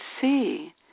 see